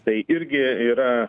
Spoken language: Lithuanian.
tai irgi yra